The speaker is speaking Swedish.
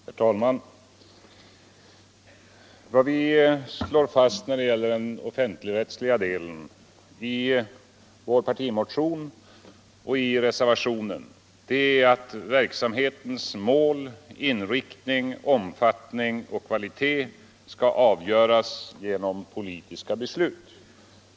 Herr talman! Vad vi slår fast när det gäller den offentligrättsliga delen i vår partimotion och i reservationen är att verksamhetens mål, inriktning, omfattning och kvalitet skall avgöras genom politiska beslut.